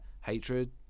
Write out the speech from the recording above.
hatred